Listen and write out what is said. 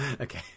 okay